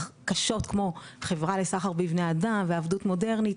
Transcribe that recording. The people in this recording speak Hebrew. קשות כמו חברה לסחר בבני אדם ו'עבדות מודרנית',